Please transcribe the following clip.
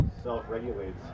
self-regulates